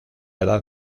edad